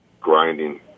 grinding